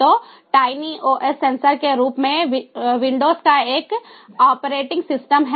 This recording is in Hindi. तो TinyOS सेंसर के रूप में विंडोज का एक ऑपरेटिंग सिस्टम है